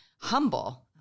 humble